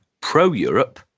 pro-Europe